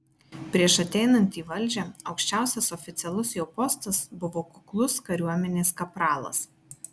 prieš ateinant į valdžią aukščiausias oficialus jo postas buvo kuklus kariuomenės kapralas